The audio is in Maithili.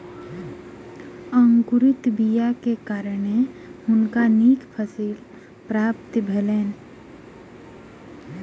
अंकुरित बीयाक कारणें हुनका नीक फसीलक प्राप्ति भेलैन